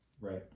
Right